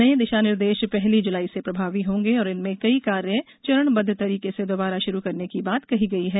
नए दिशानिर्देश पहली जुलाई से प्रभावी होंगे और इनमें कई कार्य चरणबद्द तरीके से दोबारा शुरु करने की बात कही गई है